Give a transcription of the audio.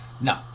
no